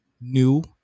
new